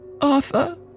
Arthur